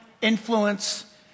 influence